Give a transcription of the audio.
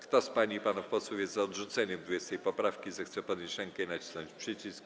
Kto z pań i panów posłów jest za odrzuceniem 20. poprawki, zechce podnieść rękę i nacisnąć przycisk.